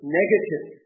negative